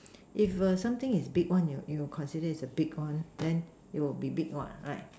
if something is big one you will you will consider is a big one then it will be big what right